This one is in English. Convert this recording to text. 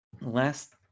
last